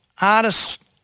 artists